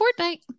Fortnite